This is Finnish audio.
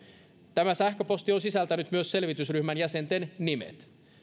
tämä sähköposti on sisältänyt selvitysryhmän jäsenten nimet